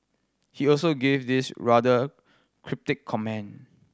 he also gave this rather cryptic comment